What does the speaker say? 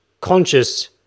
conscious